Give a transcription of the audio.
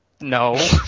no